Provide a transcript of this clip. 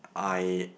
I